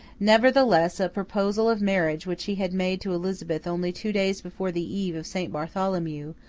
nevertheless, a proposal of marriage which he had made to elizabeth only two days before the eve of saint bartholomew,